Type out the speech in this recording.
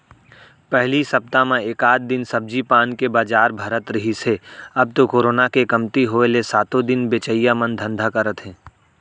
पहिली सप्ता म एकात दिन सब्जी पान के बजार भरात रिहिस हे अब तो करोना के कमती होय ले सातो दिन बेचइया मन धंधा करत हे